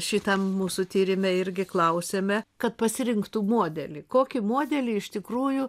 šitam mūsų tyrime irgi klausėme kad pasirinktų modelį kokį modelį iš tikrųjų